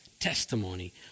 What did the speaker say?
testimony